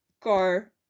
car